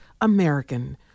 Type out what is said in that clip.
American